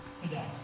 today